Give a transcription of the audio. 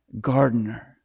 gardener